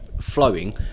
flowing